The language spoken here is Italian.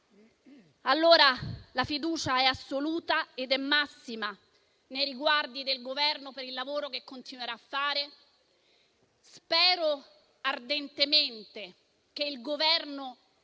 anni. La fiducia è assoluta ed è massima nei riguardi del Governo per il lavoro che continuerà a fare. Spero ardentemente che l'Esecutivo